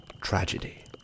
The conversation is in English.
tragedy